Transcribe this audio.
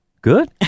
Good